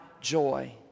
joy